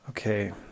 Okay